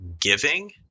giving